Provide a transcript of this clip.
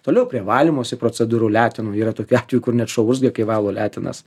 toliau prie valymosi procedūrų letenų yra tokių atvejų kur net šuo urzgia kai valo letenas